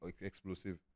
explosive